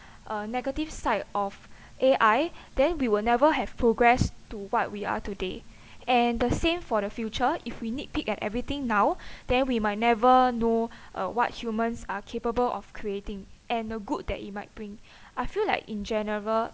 uh negative side of A_I then we will never have progressed to what we are today and the same for the future if we need pick at everything now then we might never know uh what humans are capable of creating and the good that it might bring I feel like in general